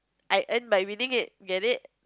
I earn by winning it get it